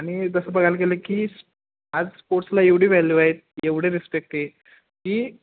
आणि जसं बघायला गेलं की स् आज स्पोर्ट्सला एवढी व्हॅल्यू आहे एवढे रिस्पेक्ट आहे की